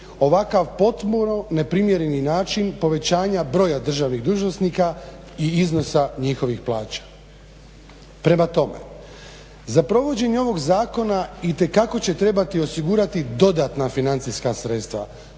ovakav potpuno neprimjereni način povećanja broja državnih dužnosnika i iznosa njihovih plaća. Prema tome, za provođenje ovog zakona itekako će trebati osigurati dodatna financijska sredstva